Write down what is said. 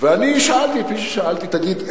ואני שאלתי את מי ששאלתי: תגיד,